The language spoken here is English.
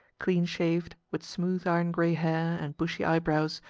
clean-shaved, with smooth iron-gray hair and bushy eyebrows,